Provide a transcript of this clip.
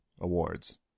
Awards